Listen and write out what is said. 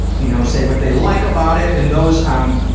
you know, say what they like about it. and those i'm,